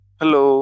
hello